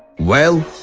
well,